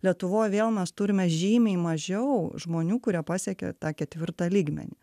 lietuvoj vėl mes turime žymiai mažiau žmonių kurie pasiekia tą ketvirtą lygmenį